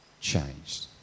changed